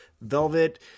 velvet